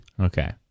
Okay